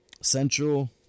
Central